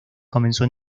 comenzó